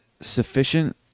sufficient